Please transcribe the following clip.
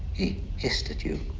he hissed at you.